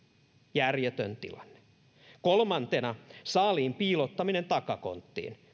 järjetön tilanne kolmantena saaliin piilottaminen takakonttiin